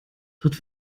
dort